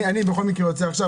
אני בכל מקרה יוצא עכשיו.